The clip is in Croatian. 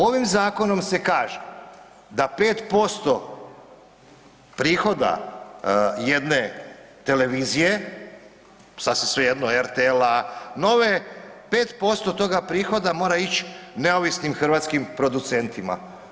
Ovim zakonom se kaže, da 5% prihoda jedne televizije sasvim svejedno RTL-a, NOVA-e, 5% toga prihoda mora ići neovisnim hrvatskim producentima.